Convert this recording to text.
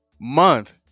month